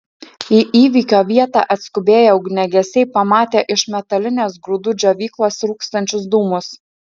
į įvykio vietą atskubėję ugniagesiai pamatė iš metalinės grūdų džiovyklos rūkstančius dūmus